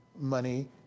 money